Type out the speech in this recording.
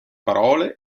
parole